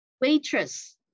waitress